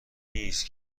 نیست